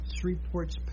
Shreveport's